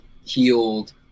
healed